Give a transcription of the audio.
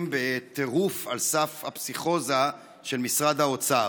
בטירוף על סף הפסיכוזה של משרד האוצר,